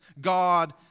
God